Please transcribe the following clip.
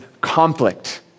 conflict